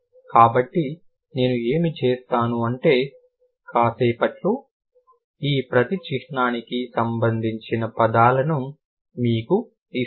కాబట్టి నేను ఏమి చేస్తాను అంటే కాసేపట్లో ఈ ప్రతీ చిహ్నానికి సంబంధించిన పదాలను మీకు ఇస్తాను